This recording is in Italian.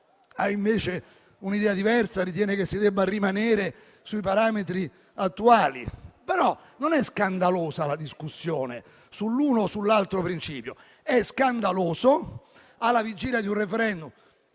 ha invece un'idea diversa e ritiene che si debba rimanere sui parametri attuali. Non è però scandalosa di per sé la discussione sull'uno o sull'altro principio; lo è alla vigilia di un *referendum*.